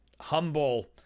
humble